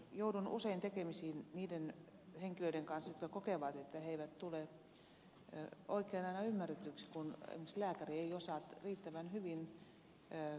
joudun usein tekemisiin niiden henkilöiden kanssa jotka kokevat että he eivät tule aina oikein ymmärretyiksi kun esimerkiksi lääkäri ei osaa riittävän hyvin suomen kieltä